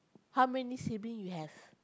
how many sibling you have